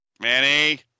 Manny